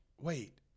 wait